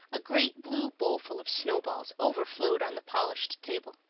a great blue bowlful of snowballs overflowed on the polished table.